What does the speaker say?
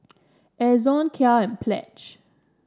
Ezion Kia and Pledge